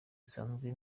nsanzwe